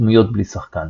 דמויות בלי שחקן